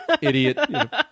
Idiot